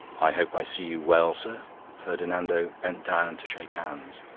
i hope i see you well, sir ferdinando bent down to shake hands,